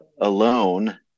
alone